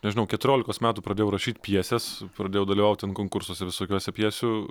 nežinau keturiolikos metų pradėjau rašyt pjeses pradėjau dalyvaut ten konkursuose visokiuose pjesių